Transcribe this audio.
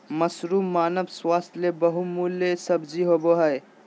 mushroom मानव स्वास्थ्य ले बहुमूल्य सब्जी होबय हइ